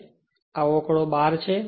તેથી આ આંકડો 12 છે